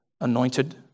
anointed